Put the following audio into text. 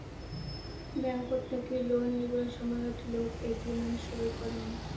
ব্যাংকট থাকি লোন নিবার সময়ত লোক এগ্রিমেন্ট সই করাং